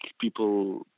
people